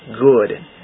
good